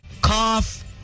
Cough